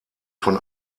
von